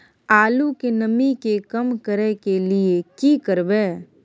आलू के नमी के कम करय के लिये की करबै?